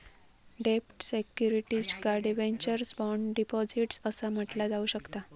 डेब्ट सिक्युरिटीजका debentures, bonds, deposits असा म्हटला जाऊ शकता